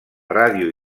ràdio